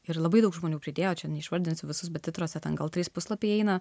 ir labai daug žmonių pridėjo čia neišvardinsi visus bet titruose ten gal trys puslapiai įeina